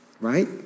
Right